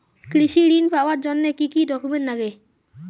কৃষি ঋণ পাবার জন্যে কি কি ডকুমেন্ট নাগে?